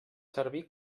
servir